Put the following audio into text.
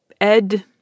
Ed